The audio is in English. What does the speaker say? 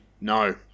No